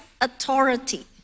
authority